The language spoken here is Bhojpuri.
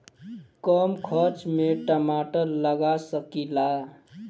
कम खर्च में टमाटर लगा सकीला?